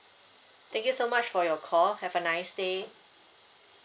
thank you so much for your call have a nice day